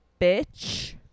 bitch